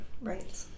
Right